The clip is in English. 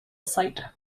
site